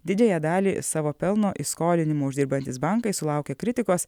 didžiąją dalį savo pelno iš skolinimo uždirbantys bankai sulaukė kritikos